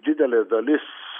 didelė dalis